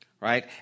right